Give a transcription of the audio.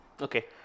Okay